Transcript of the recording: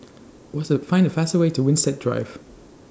Find The fastest Way to Winstedt Drive